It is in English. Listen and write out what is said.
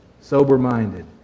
sober-minded